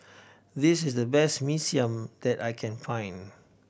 this is the best Mee Siam that I can find